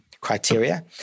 criteria